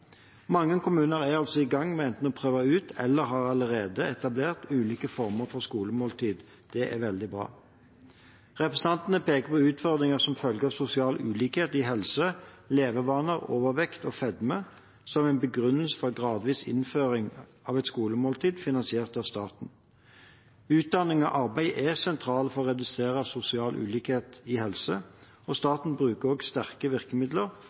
Mange kommuner er altså i gang med å prøve ut eller har allerede etablert ulike former for skolemåltid. Det er veldig bra. Representantene peker på utfordringer som følge av sosial ulikhet i helse, levevaner, overvekt og fedme som en begrunnelse for en gradvis innføring av et skolemåltid finansiert av staten. Utdanning og arbeid er sentralt for å redusere sosial ulikhet i helse, og staten bruker også sterke virkemidler